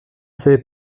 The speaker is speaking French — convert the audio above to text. savez